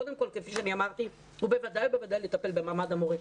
קודם כל כפי שאמרתי לטפל במעמד המורה,